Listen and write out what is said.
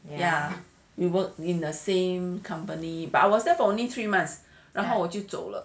ya